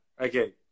okay